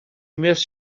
miss